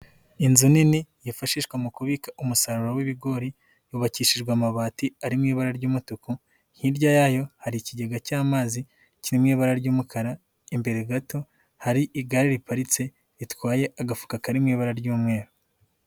Inzu nini yifashishwa mu kubika umusaruro w'ibigori, yubakishijwe amabati ari mu ibara ry'umutuku, hirya yayo hari ikigega cy'amazi kirimo ibara ry'umukara, imbere gato hari igare riparitse ritwaye agafuka kari mu ibara ry'umweru.